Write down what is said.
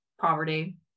poverty